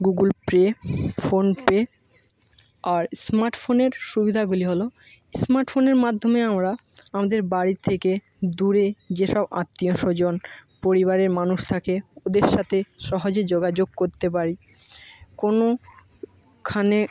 Google Pay PhonePe আর স্মার্টফোনের সুবিধাগুলি হলো স্মার্টফোনের মাধ্যমে আমরা আমাদের বাড়ি থেকে দূরে যেসব আত্মীয়স্বজন পরিবারের মানুষ থাকে ওদের সাথে সহজে যোগাযোগ করতে পারি কোনোখানে